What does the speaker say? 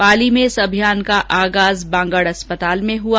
पाली में इस अभियान का आगाज बांगड़ अस्पताल में हुआ